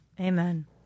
Amen